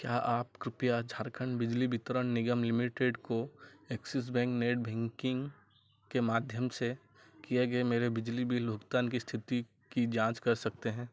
क्या आप कृपया झारखंड बिजली वितरण निगम लिमिटेड को एक्सिस बैंक नेट भेंकिंग के माध्यम से किए गए मेरे बिजली बिल भुगतान की स्थिति की जाँच कर सकते हैं